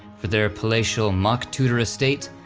for their palatial mock-tudor estate,